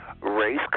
Race